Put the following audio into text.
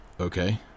Okay